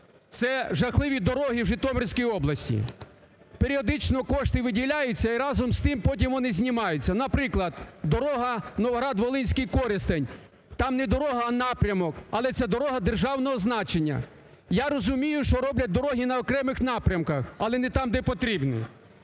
Це жахливі дороги в Житомирській області. Періодично кошти виділяються і разом з тим потім вони знімаються. Наприклад, дорога Новоград-Волинський-Коростень. Там не дорога, а напрямок. Але це дорога державного значення. Я розумію, що роблять дороги на окремих напрямках, але не там, де потрібно.